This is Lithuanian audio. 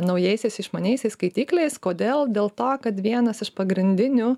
naujaisiais išmaniaisiais skaitikliais kodėl dėl to kad vienas iš pagrindinių